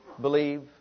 believe